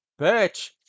bitch